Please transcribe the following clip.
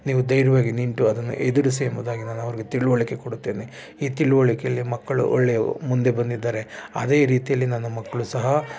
ನೀವು ಧೈರ್ಯವಾಗಿ ನಿಂತು ಅದನ್ನು ಎದುರಿಸಿ ಎಂಬುದಾಗಿ ನಾನು ಅವರಿಗೆ ತಿಳುವಳಿಕೆ ಕೊಡುತ್ತೇನೆ ಈ ತಿಳುವಳಿಕೆಯಲ್ಲಿ ಮಕ್ಕಳು ಒಳ್ಳೆ ಮುಂದೆ ಬಂದಿದ್ದಾರೆ ಅದೇ ರೀತಿಯಲ್ಲಿ ನನ್ನ ಮಕ್ಕಳೂ ಸಹ